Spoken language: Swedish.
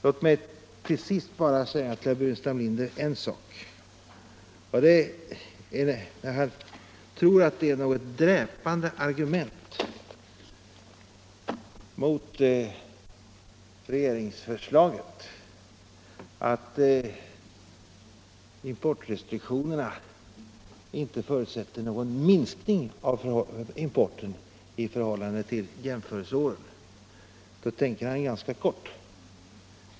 Låt mig så till sist säga att när herr Burenstam Linder tror att det är ett dräpande argument mot regeringsförslaget att importrestriktionerna inte förutsätter någon minskning av importen i förhållande till jämförelseåren, så tänker han ganska kort.